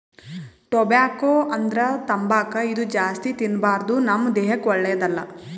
tobacco ಅಂದ್ರ ತಂಬಾಕ್ ಇದು ಜಾಸ್ತಿ ತಿನ್ಬಾರ್ದು ನಮ್ ದೇಹಕ್ಕ್ ಒಳ್ಳೆದಲ್ಲ